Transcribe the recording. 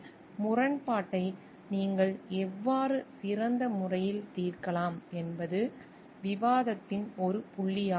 எனவே இந்த முரண்பாட்டை நீங்கள் எவ்வாறு சிறந்த முறையில் தீர்க்கலாம் என்பது விவாதத்தின் ஒரு புள்ளியாகும்